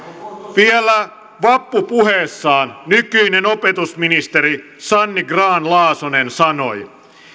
vielä vappupuheessaan nykyinen opetusministeri sanni grahn laasonen sanoi